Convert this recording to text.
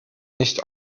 nicht